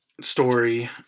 story